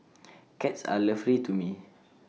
cats are lovely to me